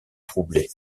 troublé